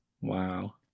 Wow